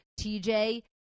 TJ